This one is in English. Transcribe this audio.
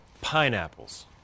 pineapples